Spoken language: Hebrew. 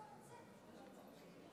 בבקשה, אדוני,